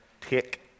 take